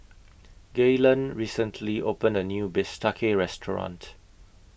Gaylen recently opened A New Bistake Restaurant